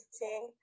sing